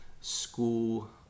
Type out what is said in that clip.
school